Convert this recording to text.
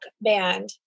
band